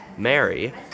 Mary